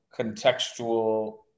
contextual